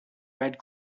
red